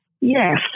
Yes